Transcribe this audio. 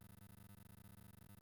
ונמלט,